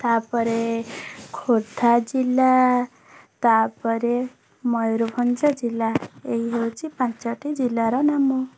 ତା'ପରେ ଖର୍ଦ୍ଧା ଜିଲ୍ଲା ତା'ପରେ ମୟୂରଭଞ୍ଜ ଜିଲ୍ଲା ଏହି ହେଉଛି ପାଞ୍ଚଟି ଜିଲ୍ଲାର ନାମ